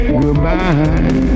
goodbye